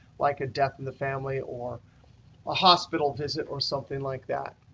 like a death in the family or a hospital visit or something like that.